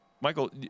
Michael